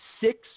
six